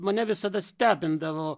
mane visada stebindavo